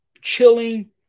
chilling